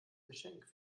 geschenk